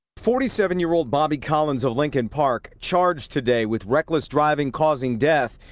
forty seven year old bobby collins of lincoln park charged today with reckless driving causing death,